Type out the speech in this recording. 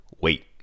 wait